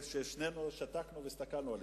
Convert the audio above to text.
שנינו שתקנו והסתכלנו עליהם.